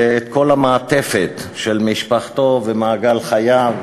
ואת כל המעטפת של משפחתו ומעגל חייו,